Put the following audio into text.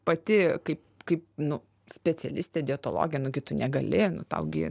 pati kaip kaip nu specialistė dietologė nu gi tu negali nu tau gi